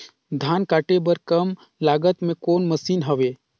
धान काटे बर कम लागत मे कौन मशीन हवय?